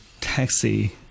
taxi